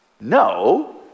no